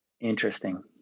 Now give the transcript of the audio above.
Interesting